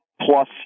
plus